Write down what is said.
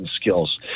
skills